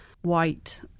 white